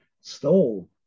stole